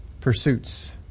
pursuits